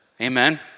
amen